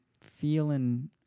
feeling